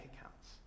accounts